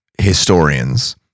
historians